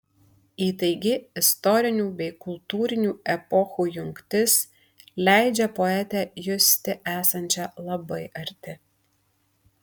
įtaigi istorinių bei kultūrinių epochų jungtis leidžia poetę justi esančią labai arti